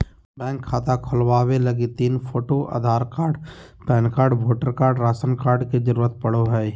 bank खाता खोलबावे लगी तीन photo, Aadhaar card, PAN card, voter card, ration card के जरूरत पड़ो हय